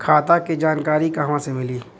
खाता के जानकारी कहवा से मिली?